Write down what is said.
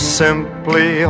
simply